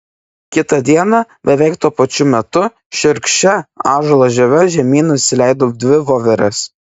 kitą dieną beveik tuo pačiu metu šiurkščia ąžuolo žieve žemyn nusileido dvi voverės